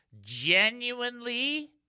genuinely